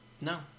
No